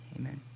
Amen